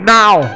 now